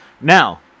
Now